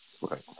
right